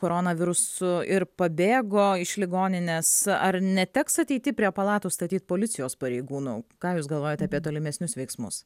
koronavirusu ir pabėgo iš ligoninės ar neteks ateity prie palatų statyt policijos pareigūnų ką jūs galvojat apie tolimesnius veiksmus